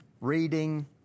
reading